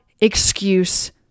excuse